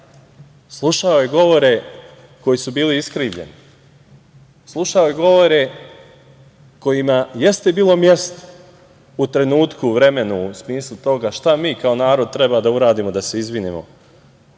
Slušao je govore koji su bili iskrivljeni, slušao je govore kojima jeste bilo mesto u trenutku, vremenu u smislu toga šta mi kao narod treba da uradimo da se izvinimo